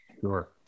Sure